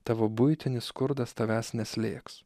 tavo buitinis skurdas tavęs neslėgs